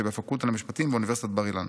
הפקולטה למשפטים באוניברסיטת בר אילן.